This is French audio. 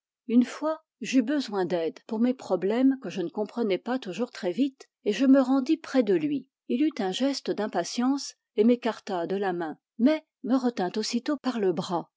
une fois j'eus besoin d'aide pour mes problèmes que je ne comprenais pas toujours très vite je me rendis près de lui il eut un geste d'impatience et m'écarta de la main mais me retint aussitôt par le bras